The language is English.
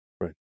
Right